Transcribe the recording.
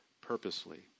purposely